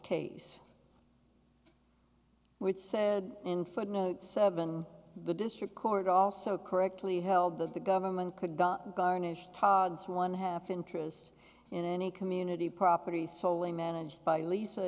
case which said in footnote seven the district court also correctly held that the government could garnish todd's one half interest in any community property solway managed by lisa